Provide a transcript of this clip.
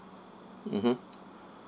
mmhmm